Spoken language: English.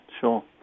sure